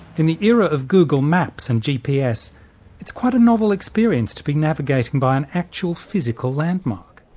in the era of google maps and gps it's quite a novel experience to be navigating by an actual physical landmark.